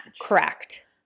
Correct